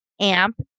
amp